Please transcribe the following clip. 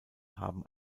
haben